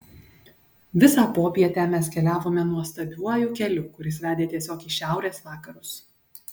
visą popietę mes keliavome nuostabiuoju keliu kuris vedė tiesiog į šiaurės vakarus